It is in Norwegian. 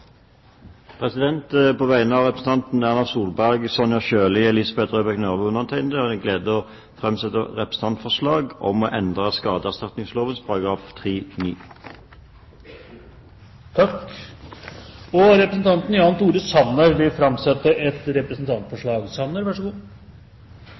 På vegne av representantene Erna Solberg, Sonja Irene Sjøli, Elisabeth Røbekk Nørve og undertegnede har jeg gleden av å fremsette et representantforslag om å endre skadeerstatningsloven § 3-9. Representanten Jan Tore Sanner vil framsette et